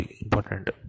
important